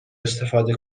استفاده